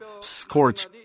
scorch